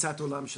לתפיסת עולם של